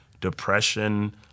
depression